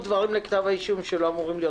דברים לכתב האישום שלא היו אמורים להיות.